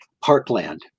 parkland